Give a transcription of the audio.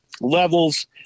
levels